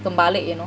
terbalik you know